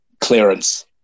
clearance